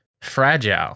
Fragile